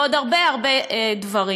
ועוד הרבה הרבה דברים.